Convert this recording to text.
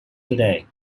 today